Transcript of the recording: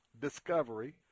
discovery